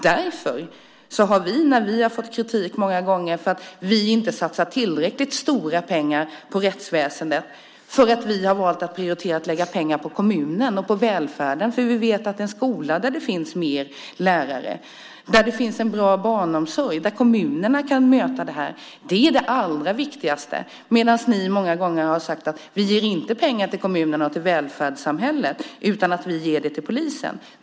Vi har många gånger fått kritik för att vi inte satsar tillräckligt stora pengar på rättsväsendet. Vi har valt att prioritera att lägga pengar på kommunerna och på välfärden för att kommunerna ska kunna möta behovet av fler lärare i skolan och en bra barnomsorg, vilket är det allra viktigaste, medan ni många gånger har sagt: Vi ger inte pengar till kommunerna och till välfärdssamhället utan till polisen.